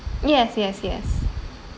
yes yes yes